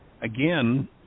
Again